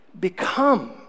become